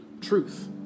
Truth